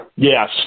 Yes